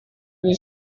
gli